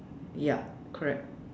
yup correct